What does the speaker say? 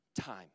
time